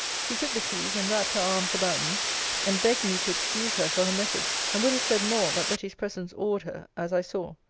she took the keys, and wrapped her arms about me and begged me to excuse her for her message and would have said more but betty's presence awed her, as i saw.